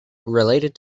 related